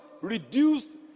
reduced